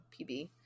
PB